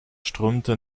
strömte